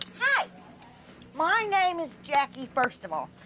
ah my name is jackie, first of all.